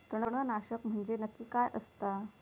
तणनाशक म्हंजे नक्की काय असता?